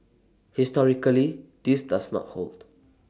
historically this does not hold